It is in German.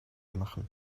machen